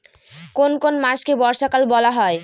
কোন কোন মাসকে বর্ষাকাল বলা হয়?